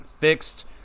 fixed